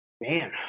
Man